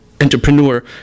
entrepreneur